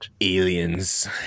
Aliens